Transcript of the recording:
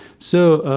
so,